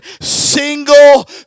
single